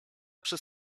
przez